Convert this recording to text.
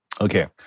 Okay